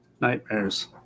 nightmares